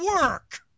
work